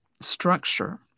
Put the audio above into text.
structure